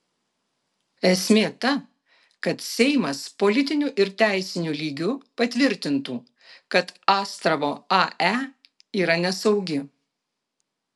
esmė ta kad seimas politiniu ir teisiniu lygiu patvirtintų kad astravo ae yra nesaugi